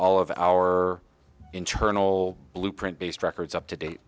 all of our internal blueprint based records up to date